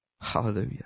Hallelujah